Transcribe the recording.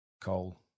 Cole